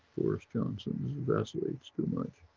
boris johnson, vacillates too much,